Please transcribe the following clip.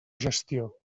gestió